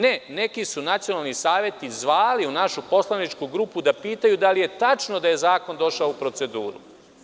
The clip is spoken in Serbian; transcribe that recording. Ne, neki su nacionalni saveti zvali u našu poslaničku grupu da pitaju da li je tačno da je zakon došao u proceduru.